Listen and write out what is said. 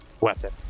weapon